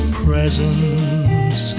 presents